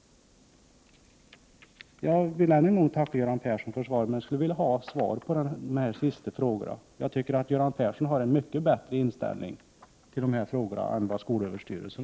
Jag vill än en gång tacka Göran Persson för svaret, men jag skulle vilja ha svar på dessa sista frågor. Jag tycker att Göran Persson har en mycket bättre inställning till dessa frågor än skolöverstyrelsen.